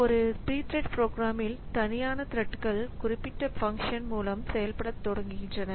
ஒரு Pthreads ப்ரோக்ராமில் தனியான த்ரெட்கள் குறிப்பிட்ட பங்சன் மூலம் செயல்படுத்த தொடங்குகின்றன